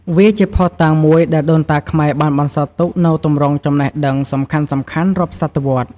វាជាភស្តុតាងមួយដែលដូនតាខ្មែរបានបន្សល់ទុកនូវទម្រង់ចំណេះដឹងសំខាន់ៗរាប់សតវត្សរ៍។